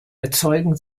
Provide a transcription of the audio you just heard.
erzeugen